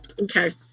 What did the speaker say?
Okay